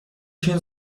się